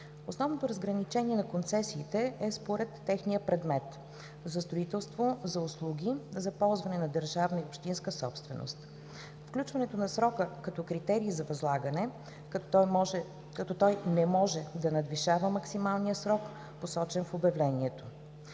Основното разграничение на концесиите е според техния предмет: за строителство; за услуги; за ползване на държавна и общинска собственост. Включването на срока като критерий за възлагане, като той не може да надвишава максималния срок, посочен в обявлението.